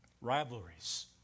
rivalries